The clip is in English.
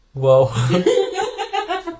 Whoa